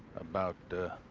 about a